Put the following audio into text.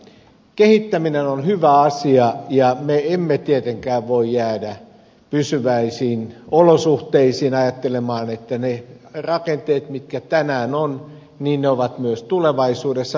kehittäminen on hyvä asia ja me emme tietenkään voi jäädä pysyväisiin olosuhteisiin ajattelemaan että ne rakenteet mitkä tänään ovat ovat myös tulevaisuudessa